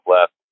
left